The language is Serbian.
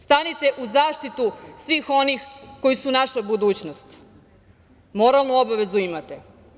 Stanite u zaštitu svih onih koji su naša budućnost, moralnu obavezu imate.